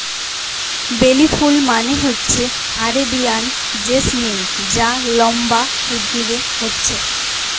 বেলি ফুল মানে হচ্ছে আরেবিয়ান জেসমিন যা লম্বা উদ্ভিদে হচ্ছে